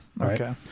okay